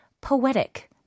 poetic